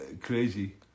crazy